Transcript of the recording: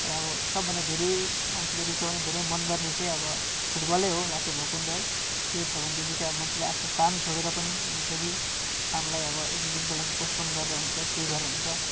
र अब सबभन्दा धेरै मान्छेले रूचाउने धेरै मन गर्ने चाहिँ अब फुटबलै हो लाते भकुन्डै त्यो छ भनेदेखि चाहिँ अब मान्छेले आफ्नो काम छोडेर पनि हुन्छ कि कामलाई अब एक दुई दिनको लागि पोसपोन्ड गरेर हुन्छ के गरेर हुन्छ